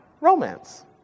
romance